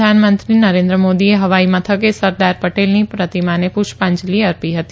પ્રધાનમંત્રી નરેન્દ્ર મોદીએ હવાઈ મથકે સરદાર પટેલની પ્રતિમાને પુષ્પાજંલિ અર્પી હતી